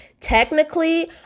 Technically